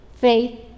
faith